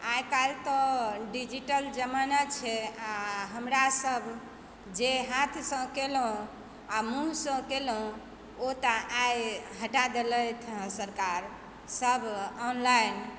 आइकाल्हि तऽ डिजिटल जमाना छै आ हमरा सब जे हाथसँ केलहुँ आ मुँहसँ केलहुँ ओ तऽ आइ हटा देलैथ हँ सरकार सब ऑनलाइन